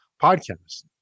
Podcast